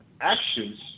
actions